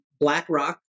BlackRock